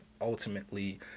ultimately